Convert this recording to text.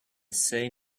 say